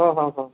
ହଁ ହଁ ହଁ